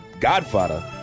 Godfather